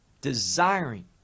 desiring